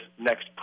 next